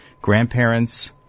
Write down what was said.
Grandparents